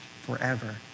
forever